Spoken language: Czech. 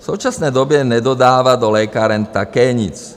V současné době nedodává do lékáren také nic.